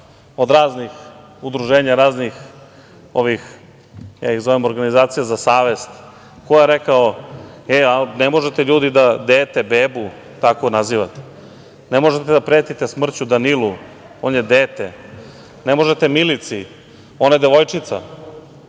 od raznih udruženja, raznih ovih, ja ih zovem organizacija za savest? Ko je rekao – ne možete ljudi da dete, bebu tako nazivate, ne možete da pretite smrću Danilu, on je dete, ne možete Milici, ona je devojčica.